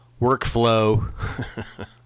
workflow